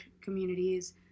communities